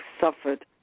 suffered